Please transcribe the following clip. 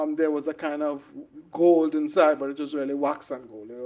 um there was a kind of gold inside, but it was really wax and gold.